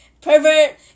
pervert